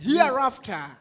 Hereafter